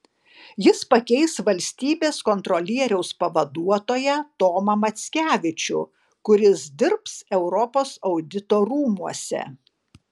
jis pakeis valstybės kontrolieriaus pavaduotoją tomą mackevičių kuris dirbs europos audito rūmuose